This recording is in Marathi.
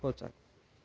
हो चा